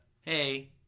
hey